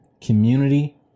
community